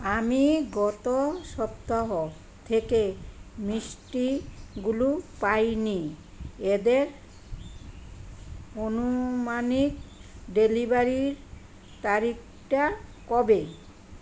আমি গত সপ্তাহ থেকে মিষ্টিগুলো পাই নি এদের আনুমানিক ডেলিভারির তারিখটা কবে